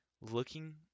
looking